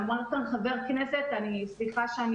אמר כאן חבר הכנסת, אני לא